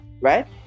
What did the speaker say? right